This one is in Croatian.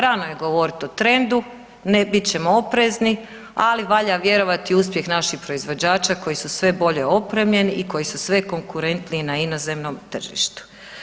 Rano je govoriti o trendu, bit ćemo oprezni, ali valja vjerovati u uspjeh naših proizvođača koji su sve bolje opremljeni i koji su sve konkurentniji na inozemnom tržištu.